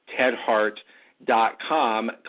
tedhart.com